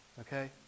okay